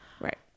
Right